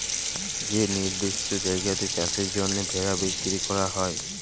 যে লিরদিষ্ট জায়গাতে চাষের জ্যনহে ভেড়া বিক্কিরি ক্যরা হ্যয়